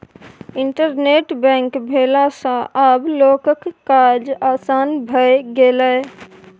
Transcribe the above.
internet bank भेला सँ आब लोकक काज आसान भए गेलै